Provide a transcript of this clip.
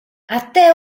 até